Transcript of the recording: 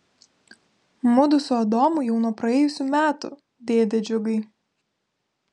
mudu su adomu jau nuo praėjusių metų dėde džiugai